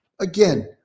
Again